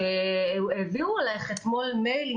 שהעבירו אלייך אתמול מייל.